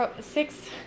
six